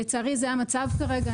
לצערי זה המצב כרגע.